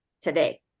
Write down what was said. today